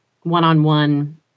one-on-one